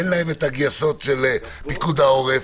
אין להם הגייסות של פיקוד העורף.